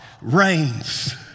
reigns